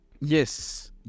yes